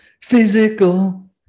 physical